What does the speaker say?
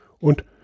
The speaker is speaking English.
und